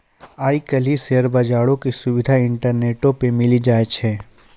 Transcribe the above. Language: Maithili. आइ काल्हि शेयर बजारो के सुविधा इंटरनेटो पे मिली जाय छै